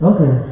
Okay